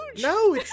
no